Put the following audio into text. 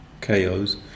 KO's